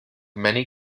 many